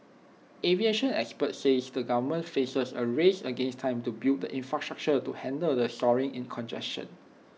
aviation experts says the government faces A race against time to build the infrastructure to handle the soaring in congestion